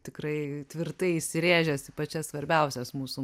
tikrai tvirtai įsirėžęs į pačias svarbiausias mūsų